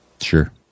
Sure